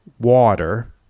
water